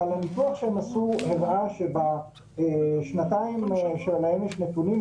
אבל הניתוח שהם עשו הראה שבשנתיים שלהם יש נתונים,